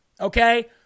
Okay